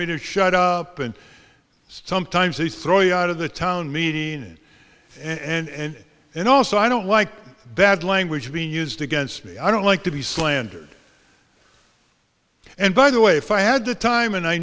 me to shut up and sometimes they throw you out of the town meeting and then also i don't like that language being used against me i don't like to be slandered and by the way if i had the time and i